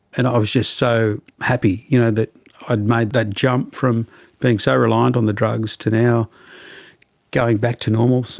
and i was just so happy you know that i had made that jump from being so reliant on the drugs to now going back to normal,